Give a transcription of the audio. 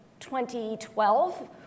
2012